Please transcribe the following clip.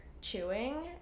chewing